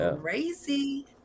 crazy